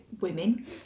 women